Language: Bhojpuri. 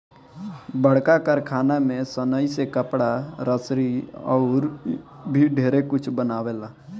बड़का कारखाना में सनइ से कपड़ा, रसरी अउर भी ढेरे कुछ बनावेला